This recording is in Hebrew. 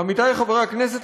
עמיתי חברי הכנסת,